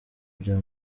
bya